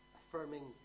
affirming